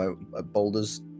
boulders